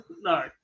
no